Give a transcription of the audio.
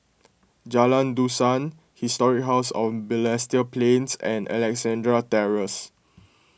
Jalan Dusan Historic House of Balestier Plains and Alexandra Terrace